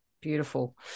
Beautiful